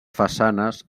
façanes